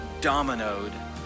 dominoed